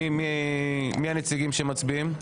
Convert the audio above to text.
מי הנציגים שמצביעים?